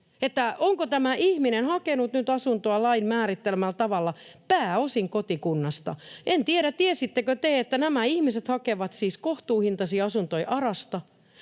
onko tämä ihminen hakenut nyt asuntoa lain määrittelemällä tavalla pääosin kotikunnasta. En tiedä, tiesittekö te, että nämä ihmiset hakevat siis kohtuuhintaisia asuntoja ARAsta